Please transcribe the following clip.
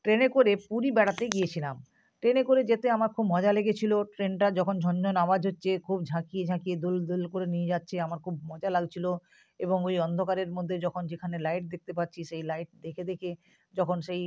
ট্রেনে করে পুরী বেড়াতে গিয়েছিলাম ট্রেনে করে যেতে আমার খুব মজা লেগেছিল ট্রেনটা যখন ঝনঝন আওয়াজ হচ্ছে খুব ঝাঁকিয়ে ঝাঁকিয়ে দোল দোল করে নিয়ে যাচ্ছে আমার খুব মজা লাগছিল এবং ওই অন্ধকারের মধ্যে যখন যেখানে লাইট দেখতে পাচ্ছি সেই লাইট দেখে দেখে যখন সেই